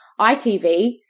ITV